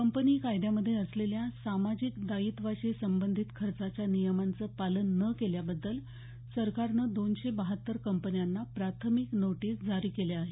company कायद्यामध्ये असलेल्या सामाजिक दायित्वाशी संबंधित खर्चाच्या नियमांचं पालन न केल्याबद्दल सरकारनं दोनशे बहात्तर कंपन्यांना प्राथमिक नोटिस जारी केल्या आहेत